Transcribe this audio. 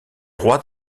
rois